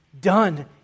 done